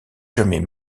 jamais